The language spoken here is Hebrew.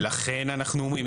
ולכן אנחנו אומרים,